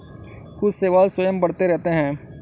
कुछ शैवाल स्वयं बढ़ते रहते हैं